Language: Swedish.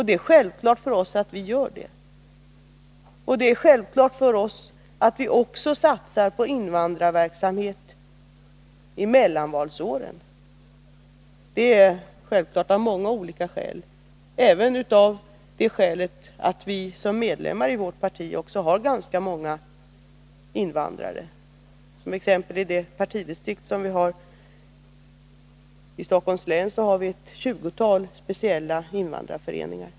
Det är självklart för oss att göra det, och det är självklart för oss att också satsa på invandrarverksamhet under mellanvalsåren. Det är självklart av många olika skäl, bl.a. därför att vi som medlemmar i vårt parti har ganska många invandrare. Bara i Stockholms läns partidistrikt finns ett 20-tal socialdemokratiska invandrarföreningar.